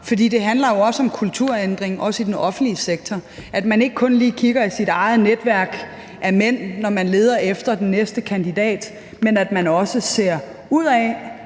det handler jo også om en kulturændring, også i den offentlige sektor, og at man ikke kun lige kigger i sit eget netværk af mænd, når man leder efter den næste kandidat, men at man også ser udad,